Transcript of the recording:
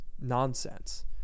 nonsense